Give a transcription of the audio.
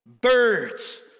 birds